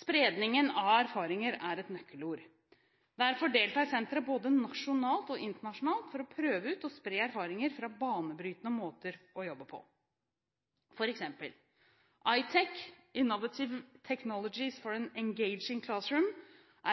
Spredning av erfaringer er et nøkkelord. Derfor deltar senteret både nasjonalt og internasjonalt for å prøve ut og spre erfaringer fra banebrytende måter å jobbe på, f.eks.: iTEC, Innovative Technologies for an Engaging Classroom,